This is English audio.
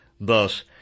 Thus